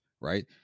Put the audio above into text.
right